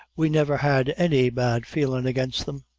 we never had any bad feelin' against them.